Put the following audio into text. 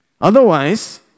Otherwise